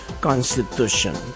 Constitution